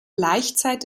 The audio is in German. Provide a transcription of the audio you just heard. laichzeit